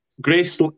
Grace